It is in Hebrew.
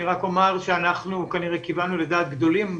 אני רק אומר שאנחנו כנראה כיוונו לדעת גדולים.